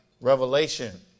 Revelation